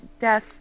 death